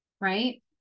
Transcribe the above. right